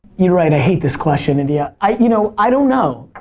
you're right, i hate this question, india. i you know i don't know.